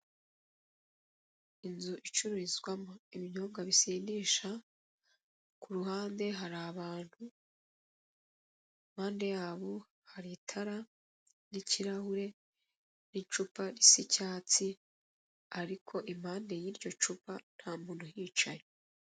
Inzu icururizwamo ibinyobwa bisindisha ku ruhande hari abantu impande yabo hari itara n'ikirahure n'icupa risa icyatsi ariko impande y'iryo cupa ntamuntu uhicaye.